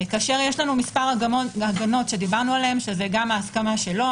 ויש לנו מספר הגננות שדיברנו עליהן ההסכמה שלו,